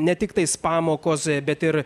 ne tiktais pamokos bet ir